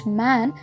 man